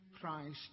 Christ